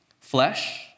flesh